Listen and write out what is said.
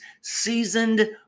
seasoned